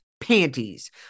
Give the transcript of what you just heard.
panties